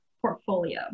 portfolio